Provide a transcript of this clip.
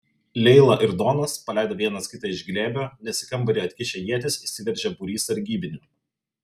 leila ir donas paleido vienas kitą iš glėbio nes į kambarį atkišę ietis įsiveržė būrys sargybinių